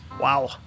Wow